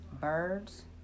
birds